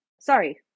Sorry